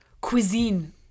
cuisine